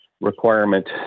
requirement